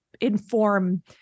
inform